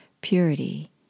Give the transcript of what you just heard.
purity